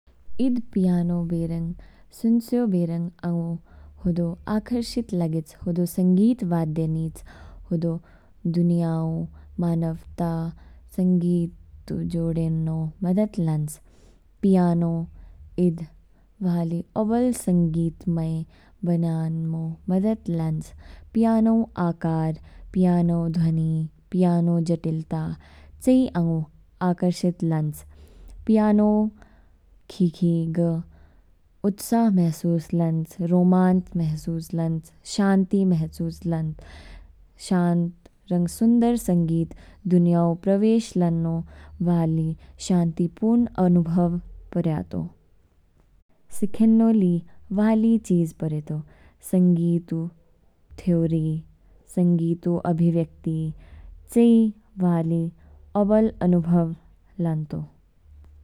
Eid piano बेरंग सुनचयो बेरंग, आंगु हदौ आकर्षित लागेच। हदौ संगीत वाद्य निच, हदौ दुनियाऔ मानवता संगीत ऊ जोढेन्नो मदद लानच। पियानो ईद वाली औबल संगीतमय बनयैमो मदद लानच। पियानो आकार, पियानो ध्वनि, पियानो जटिलता, चेई आंगु आकर्षित लानच। पियानो खिखी ग उत्साह महसूस लानच, रोमांच महसूस लानच, शांति महसूस लानच। शांत रंग सुंदर संगीत दुनिया ऊ प्रवेश लान्नौ वाली शांतिपूर्ण अनुभव पौरयातो। सिखेन्नो ली वाली चीज पौरयातो, संगीत ऊ थियोरी, संगीत ऊ अभिव्यक्ति चेई वाली औबल अनुभव लानतौ।